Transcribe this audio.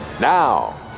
Now